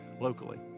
locally